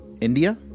India